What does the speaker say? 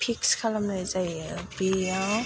fix खालामनाय जायो बेयाव